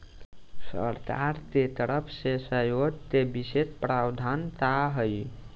सरकार के तरफ से सहयोग के विशेष प्रावधान का हई?